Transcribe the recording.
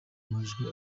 amajwi